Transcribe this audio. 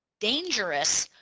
dangerous,